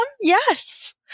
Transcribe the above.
yes